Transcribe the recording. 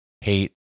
hate